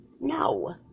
No